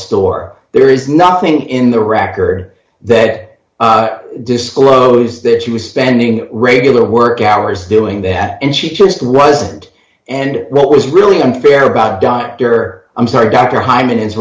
store there is nothing in the record that disclosed that she was spending regular work hours doing that and she just wasn't and what was really unfair about dr i'm sorry dr hyman his